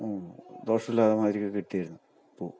ദോഷമില്ലാത്ത മാതിരിയൊക്കെ കിട്ടിയിരുന്ന് പൂ